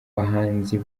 bahanzi